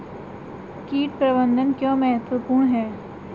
कीट प्रबंधन क्यों महत्वपूर्ण है?